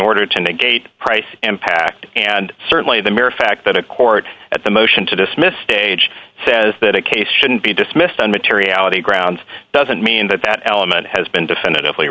order to negate price impact and certainly the mere fact that a court at the motion to dismiss stage says that a case shouldn't be dismissed on materiality grounds doesn't mean that that element has been definitively